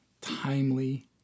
timely